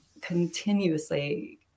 continuously